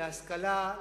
להשכלה,